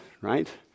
right